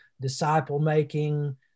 disciple-making